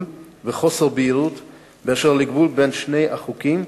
וחוסר בהירות בדבר הגבול בין שני החוקים,